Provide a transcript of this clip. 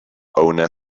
owner